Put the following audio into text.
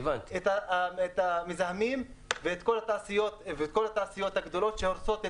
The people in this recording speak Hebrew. את המזהמים ואת כל התעשיות הגדולות שהורסות.